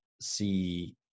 see